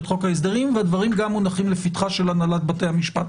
חוק ההסדרים והדברים גם מונחים לפתחה של הנהלת בית המשפט